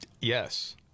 Yes